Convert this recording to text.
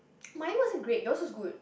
mine wasn't great yours was good